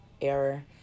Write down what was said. error